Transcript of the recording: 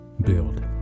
build